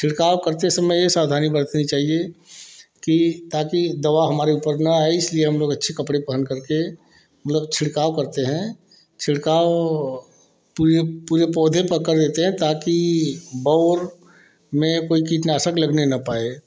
छिड़काव करते समय ये सावधानी बरतनी चाहिए कि ताकि दवा हमारे ऊपर ना आए इसलिए हम लोग अच्छे कपड़े पहनकर के मतलब छिड़काव करते हैं छिड़काव पूरे पूरे पौधे पर कर देते हैं ताकि बौर में कोई कीटनाशक लगने न पाए